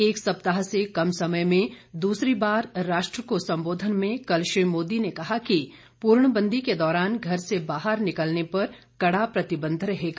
एक सप्ताह से कम समय में दूसरी बार राष्ट्र को संबोधन में कल श्री मोदी ने कहा कि पूर्णबंदी के दौरान घर से बाहर निकलने पर कडा प्रतिबंध रहेगा